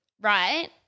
right